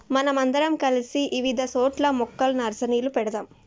మనం అందరం కలిసి ఇవిధ సోట్ల మొక్కల నర్సరీలు పెడదాము